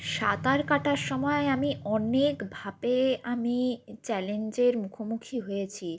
সাঁতার কাটার সময় আমি অনেকভাবে আমি চ্যালেঞ্জের মুখোমুখি হয়েছি